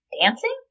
dancing